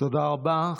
תודה רבה.